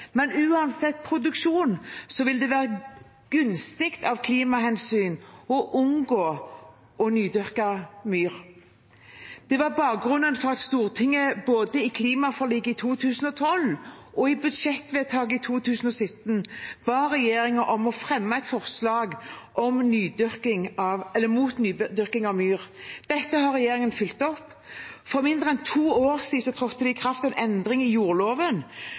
men uansett produksjon vil det være gunstig av klimahensyn å unngå å nydyrke myr. Det var bakgrunnen for at Stortinget både i klimaforliket i 2012 og i budsjettvedtak i 2017 ba regjeringen om å fremme et forslag om forbud mot nydyrking av myr. Dette har regjeringen fulgt opp. For mindre enn to år siden trådte det i kraft en endring i jordloven